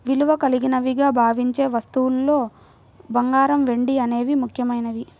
విలువ కలిగినవిగా భావించే వస్తువుల్లో బంగారం, వెండి అనేవి ముఖ్యమైనవి